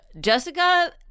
Jessica